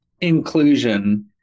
Inclusion